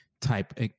type